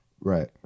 Right